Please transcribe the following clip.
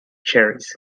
cherries